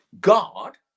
God